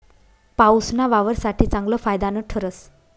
पाऊसना वावर साठे चांगलं फायदानं ठरस